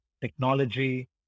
technology